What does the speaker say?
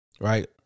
Right